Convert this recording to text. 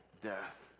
death